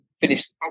finish